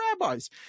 rabbis